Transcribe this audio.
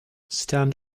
stand